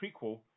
prequel